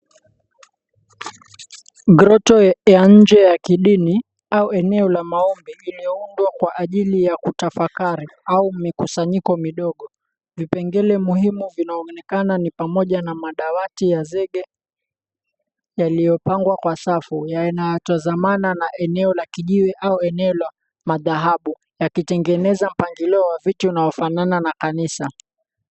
Groto ya nje ya kidini au eneo la maombi ilioundwa kwa ajili ya kutafakari au mikusanyiko midogo. Vipengele muhimu vinaonekana ni pamoja na madawati ya zege yaliyopangwa kwa safu yanatazama na eneo la kijiwe au eneo la madhahabu yakitengeneza mpangilio wa vitu unaofanana na kanisa.